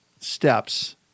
steps